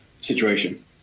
situation